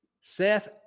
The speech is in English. seth